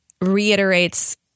reiterates